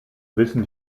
wissen